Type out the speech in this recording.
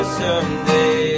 someday